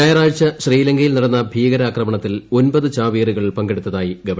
ഞായറാഴ്ച ശ്രീലങ്കയിൽ നിട്ന്ന് ഭീകരാക്രമണത്തിൽ ഒൻപത് ചാവേറുകൾ പങ്കെടുത്ത്തായി ഗവൺമെന്റ്